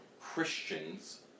Christians